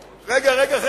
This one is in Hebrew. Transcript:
חבר'ה, רגע.